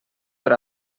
per